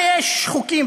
הרי יש חוקים,